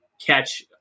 catch